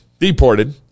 deported